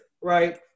right